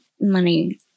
money